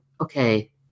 okay